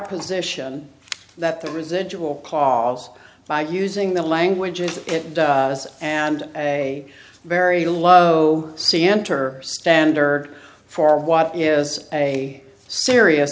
position that the residual clause by using the language of it and a very low c enter standard for what is a serious